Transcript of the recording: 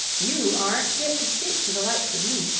you aren't fit to speak to the likes of me,